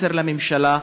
מסר לממשלה,